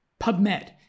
PubMed